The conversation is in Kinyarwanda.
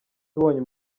tubonye